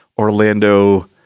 orlando